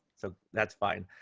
so that's fine.